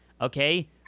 Okay